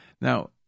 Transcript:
Now